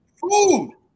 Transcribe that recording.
food